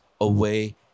away